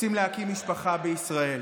רוצים להקים משפחה בישראל.